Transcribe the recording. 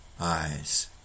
eyes